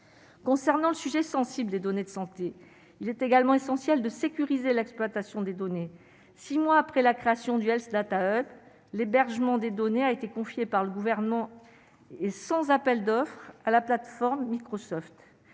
Concernant le sujet sensible et données de santé, il est également essentiel de sécuriser l'exploitation des données, 6 mois après la création du Health Data, l'hébergement des données a été confiée par le gouvernement est sans appel d'offres à la plateforme Microsoft